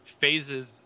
phases